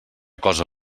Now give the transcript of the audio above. cosa